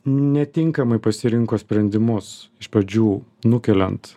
netinkamai pasirinko sprendimus iš pradžių nukeliant